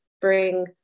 bring